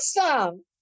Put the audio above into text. awesome